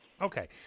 Okay